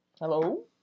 Hello